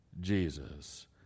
Jesus